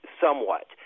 somewhat